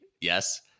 Yes